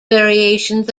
variations